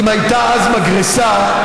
אם הייתה אז מגרסה,